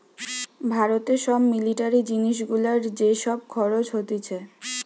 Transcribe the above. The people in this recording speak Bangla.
ভারতে সব মিলিটারি জিনিস গুলার যে সব খরচ হতিছে